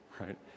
right